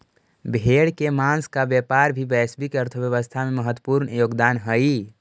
भेड़ के माँस का व्यापार भी वैश्विक अर्थव्यवस्था में महत्त्वपूर्ण योगदान हई